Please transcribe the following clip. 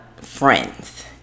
friends